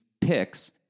picks